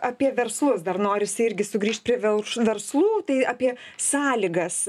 apie verslus dar norisi irgi sugrįžt prie vėl verslų tai apie sąlygas